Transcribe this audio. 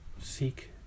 seek